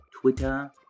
Twitter